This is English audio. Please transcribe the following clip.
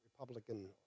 Republican